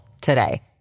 today